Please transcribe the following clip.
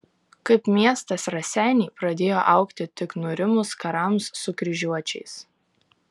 kaip miestas raseiniai pradėjo augti tik nurimus karams su kryžiuočiais